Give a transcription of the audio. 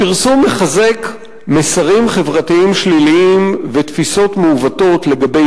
הפרסום מחזק מסרים חברתיים שליליים ותפיסות מעוותות לגבי